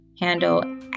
handle